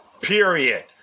period